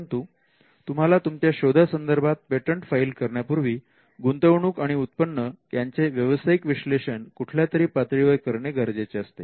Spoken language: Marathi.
परंतु तुम्हाला तुमच्या शोधा संदर्भात पेटंट फाईल करण्यापूर्वी गुंतवणूक आणि उत्पन्न याचे व्यावसायिक विश्लेषण कुठल्यातरी पातळीवर करणे गरजेचे असते